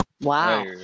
Wow